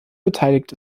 beteiligt